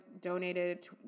donated